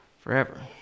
forever